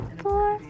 four